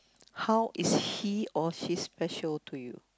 how is he or she special to you